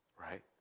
right